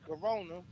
Corona